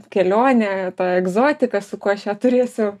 kelionę tą egzotiką su kuo aš ją turėsiu